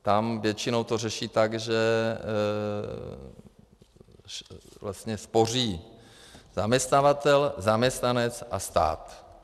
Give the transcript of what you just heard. Tam většinou to řeší tak, že vlastně spoří zaměstnavatel, zaměstnanec a stát.